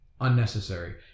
unnecessary